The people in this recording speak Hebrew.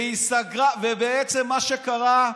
ומה שקרה,